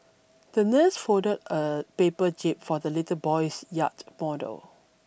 the nurse folded a paper jib for the little boy's yacht model